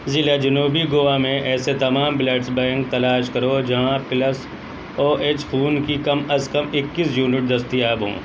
ضلع جنوبی گووا میں ایسے تمام بلڈس بینک تلاش کرو جہاں پلس او ایچ خون کی کم از کم اکیس یونٹ دستیاب ہوں